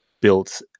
built